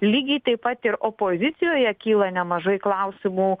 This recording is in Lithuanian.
lygiai taip pat ir opozicijoje kyla nemažai klausimų